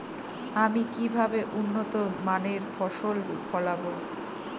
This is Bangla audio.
আমি কিভাবে উন্নত মানের ফসল ফলাবো?